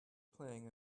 playing